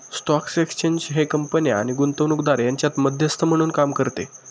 stock exchange हे कंपन्या आणि गुंतवणूकदार यांच्यात मध्यस्थ म्हणून काम करते